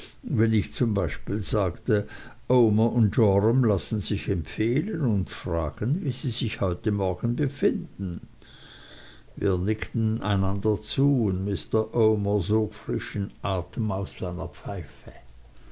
wenn ich zum beispiel sagte omer joram lassen sich empfehlen und fragen wie sie sich heute morgen befinden wir nickten einander zu und mr omer sog frischen atem aus seiner pfeife